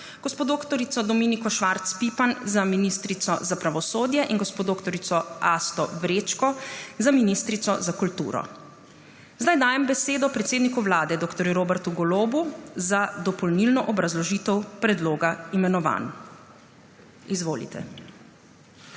gospo dr. Dominiko Švarc Pipan za ministrico za pravosodje in gospo dr. Asto Vrečko za ministrico za kulturo. Zdaj dajem besedo predsedniku Vlade dr. Robertu Golobu za dopolnilno obrazložitev predloga imenovanj. Izvolite.